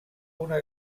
una